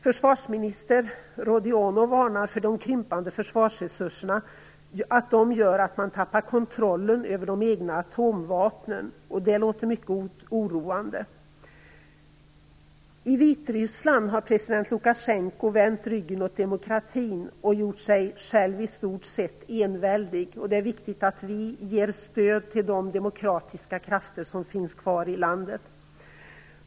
Försvarsminister Rodionov varnar för att de krympande försvarsresurserna gör att man tappar kontrollen över de egna atomvapnen. Det låter mycket oroande. I Vitryssland har president Lukasjenko vänt demokratin ryggen och gjort sig själv i stort sett enväldig. Det är viktigt att vi ger stöd till de demokratiska krafter som finns kvar i landet.